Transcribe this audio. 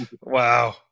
Wow